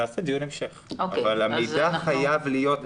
נקיים דיון המשך אבל מידע חייב להיות.